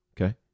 Okay